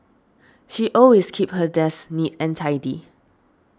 she always keep her desk neat and tidy